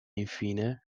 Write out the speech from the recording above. infine